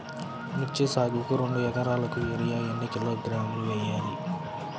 మిర్చి సాగుకు రెండు ఏకరాలకు యూరియా ఏన్ని కిలోగ్రాములు వేయాలి?